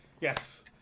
yes